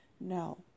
No